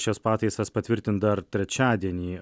šias pataisas patvirtint dar trečiadienį